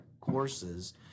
courses